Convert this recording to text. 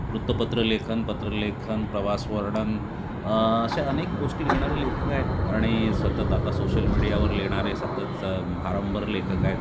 वृत्तपत्रलेखन पत्रलेखन प्रवासवर्णन अशा अनेक गोष्टी लिहिणारे लेखक आहेत आणि सतत आता सोशल मीडियावर लिहिणारे सततचं भारंभार लेखक आहेत